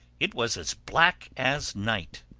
it was as black as night.